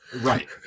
right